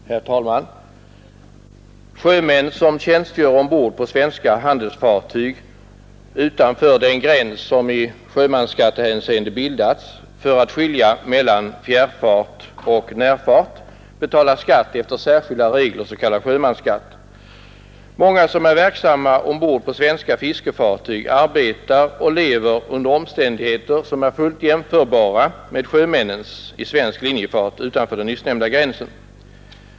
Herr talman! Sjömän som tjänstgör ombord i svenska handelsfartyg utanför den gräns som i sjömansskattehänseende bildats för att skilja mellan fjärrfart och närfart betalar skatt efter särskilda regler, s.k. sjömansskatt. Många som är verksamma ombord i svenska fiskefartyg arbetar och lever under omständigheter, som är fullt jämförbara med sjömännens i svensk linjefart utanför den nyssnämnda gränsen.